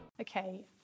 Okay